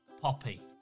Poppy